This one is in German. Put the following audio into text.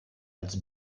als